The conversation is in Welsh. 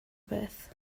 peth